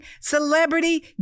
celebrity